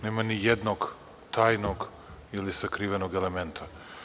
Nema nijednog tajnog ili sakrivenog elementa.